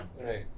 Right